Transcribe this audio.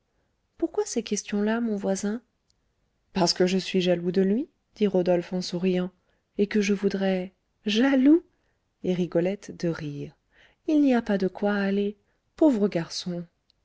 pourquoi ces questions-là mon voisin parce que je suis jaloux de lui dit rodolphe en souriant et que je voudrais jaloux et rigolette de rire il n'y a pas de quoi allez pauvre garçon